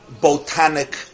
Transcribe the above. botanic